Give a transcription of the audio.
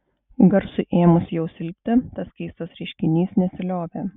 garsui ėmus jau silpti tas keistas reiškinys nesiliovė